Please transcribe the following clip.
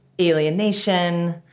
alienation